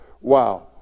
wow